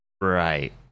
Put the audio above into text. Right